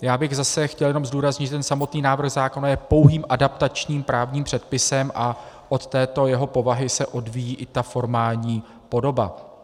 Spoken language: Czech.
Já bych zase chtěl jenom zdůraznit, že samotný návrh zákona je pouhým adaptačním právním předpisem a od této jeho povahy se odvíjí i ta formální podoba.